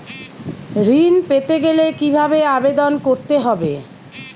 ঋণ পেতে গেলে কিভাবে আবেদন করতে হবে?